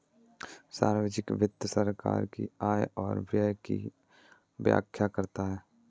सार्वजिक वित्त सरकार की आय और व्यय की व्याख्या करता है